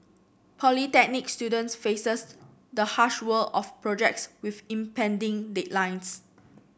polytechnic students faces the harsh world of projects with impending deadlines